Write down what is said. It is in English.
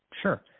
Sure